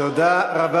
תודה רבה.